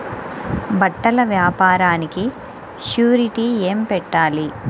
బట్టల వ్యాపారానికి షూరిటీ ఏమి పెట్టాలి?